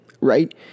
right